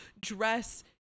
dress